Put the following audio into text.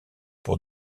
pour